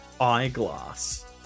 eyeglass